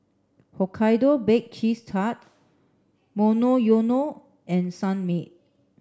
Hokkaido Baked Cheese Tart Monoyono and Sunmaid